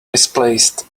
misplaced